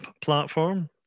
platform